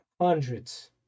hundreds